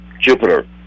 Jupiter